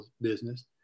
business